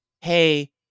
hey